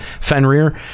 Fenrir